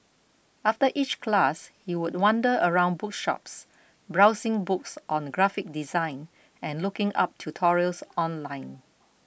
after each class he would wander around bookshops browsing books on graphic design and looking up tutorials online